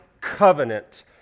covenant